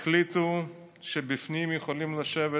החליטו שבפנים יכולים לשבת